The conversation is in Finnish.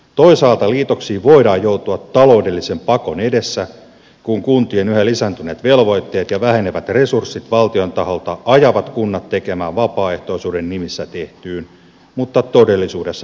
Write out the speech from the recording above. toisaalta liitoksiin voidaan joutua taloudellisen pakon edessä kun kuntien yhä lisääntyneet velvoitteet ja vähenevät resurssit valtion taholta ajavat kunnat tekemään vapaaehtoisuuden nimissä tehtyyn mutta todellisuudessa pakkoliitokseen